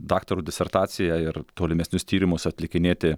daktaro disertaciją ir tolimesnius tyrimus atlikinėti